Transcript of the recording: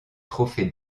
trophée